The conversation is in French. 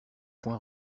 point